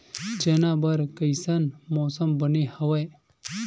चना बर कइसन मौसम बने हवय?